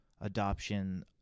Adoption